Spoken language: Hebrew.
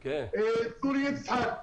צור יצחק,